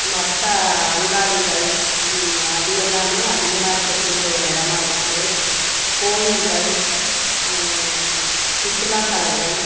மற்ற அங்காடிகள் அது எல்லாம் அதிகமாக இருக்கக்கூடிய ஒரு இடமா இருக்குது கோவில்கள் சுற்றுலாத்தளங்கள்